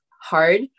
hard